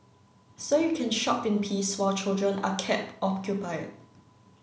so you can shop in peace while children are kept occupied